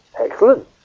Excellent